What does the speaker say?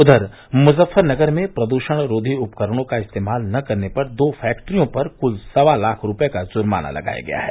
उधर मुजफ्फरनगर में प्रदूषण रोधी उपकरणों का इस्तेमाल न करने पर दो फैक्ट्रियों पर कुल सवा लाख रूपये का जुर्माना लगाया गया है